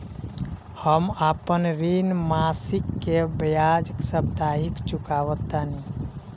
हम अपन ऋण मासिक के बजाय साप्ताहिक चुकावतानी